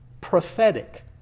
prophetic